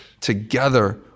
together